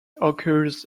occurs